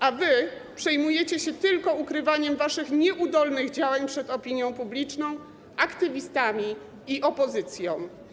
A wy przejmujecie się tylko ukrywaniem waszych nieudolnych działań przed opinią publiczną, aktywistami i opozycją.